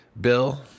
Bill